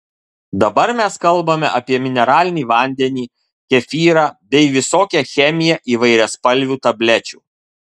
dabar mes kalbame apie mineralinį vandenį kefyrą bei visokią chemiją įvairiaspalvių tablečių